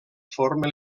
forma